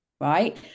right